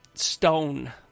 stone